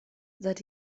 seit